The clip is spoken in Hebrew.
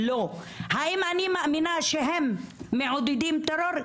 לא, האם אני מאמינה שהם מעודדים טרור?